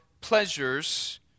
pleasures